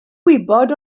gwybod